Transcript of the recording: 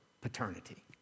paternity